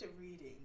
reading